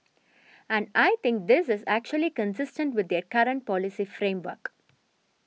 and I think this is actually consistent with their current policy framework